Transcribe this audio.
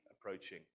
approaching